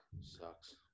Sucks